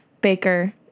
baker